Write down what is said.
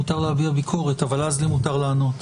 מותר להביע ביקורת אבל אז לי מותר לענות.